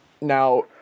Now